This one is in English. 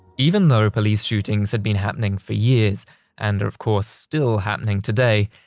even though police shootings had been happening for years and are of course still happening today,